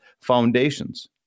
foundations